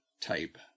type